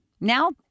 Now